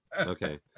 okay